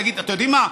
להגיד: אתם יודעים מה,